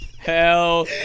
Hell